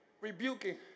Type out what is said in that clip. rebuking